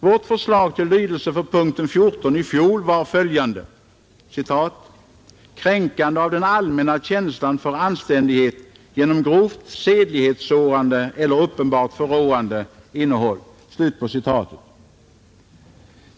Vårt förslag i fjol till lydelse av punkten 14 var följande: ”kränkande av den allmänna känslan för anständighet genom grovt sedlighetssårande eller uppenbart förråande innehåll”.